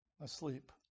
asleep